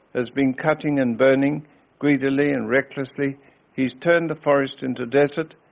has been cutting and burning greedily and recklessly, he has turned the forest into desert,